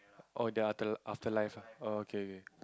oh the after afterlife ah oh okay okay